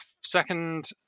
second